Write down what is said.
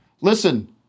Listen